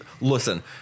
Listen